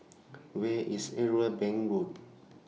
Where IS Irwell Bank Road